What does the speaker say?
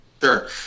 Sure